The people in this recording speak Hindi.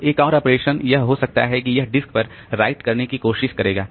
तो एक और ऑपरेशन यह हो सकता है कि यह डिस्क पर राइट करने की कोशिश करेगा